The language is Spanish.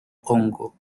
hongo